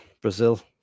Brazil